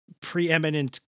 preeminent